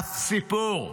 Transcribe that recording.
אף סיפור.